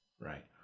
right